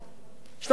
כשאתה הולך לשם